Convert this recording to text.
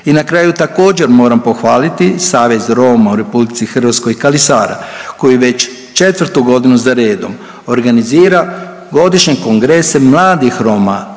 I na kraju, također, moramo pohvaliti Savez Roma u RH Kali Sara koji već 4. godinu zaredom organizira godišnje kongrese mladih Roma